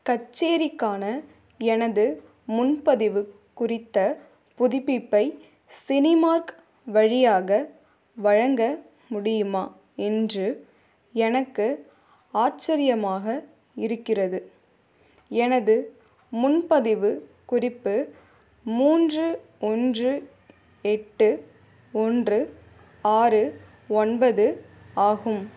கச்சேரிக்கான எனது முன்பதிவு குறித்த புதுப்பிப்பை சினிமார்க் வழியாக வழங்க முடியுமா என்று எனக்கு ஆச்சரியமாக இருக்கிறது எனது முன்பதிவு குறிப்பு மூன்று ஒன்று எட்டு ஒன்று ஆறு ஒன்பது ஆகும்